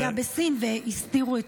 ענבר הימן, איתן